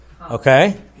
okay